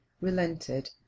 relented